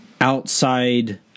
outside